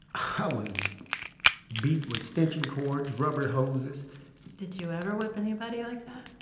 i was beat with extension cords rubber hoses did you ever whip anybody like that?